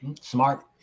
Smart